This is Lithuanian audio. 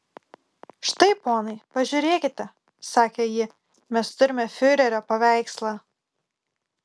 štai ponai pažiūrėkite sakė ji mes turime fiurerio paveikslą